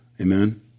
Amen